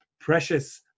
precious